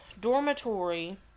dormitory